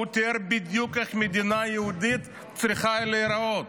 הוא תיאר בדיוק איך מדינה יהודית צריכה להיראות.